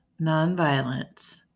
nonviolence